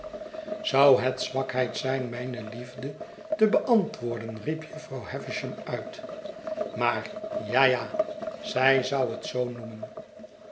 zou het zwakheid zijn mijne iiefcie te beantwoorden riep jufvrouw havisham uit maar ja ja zij zou het zoo noemen